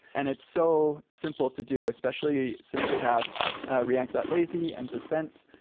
and it's so simple to do, especially since we have react lazy and suspense.